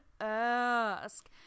ask